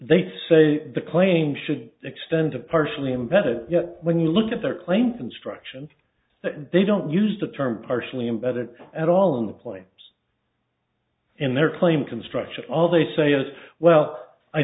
they say the claim should extend to partially invented yet when you look at their claim constructions they don't use the term partially embed it at all on the planes in their claim construction all they say is well i